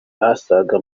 asaga